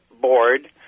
board